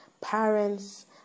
parents